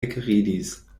ekridis